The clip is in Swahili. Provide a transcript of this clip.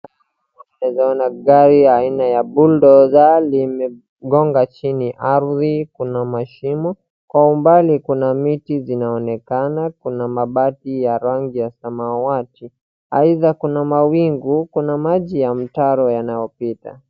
Naeza ona gari ya aina ya bulldozer limegonga chini ardhi, kuna mashimo, kwa umbali kuna miti zinaonekana, kuna mabati ya rangi ya samawati, aidha kuna mawingu, kuna maji ya mtaro yanayopita.